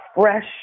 fresh